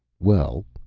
well,